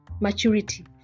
maturity